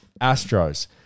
Astros